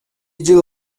жыл